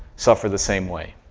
suffer the same way,